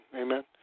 amen